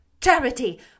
Charity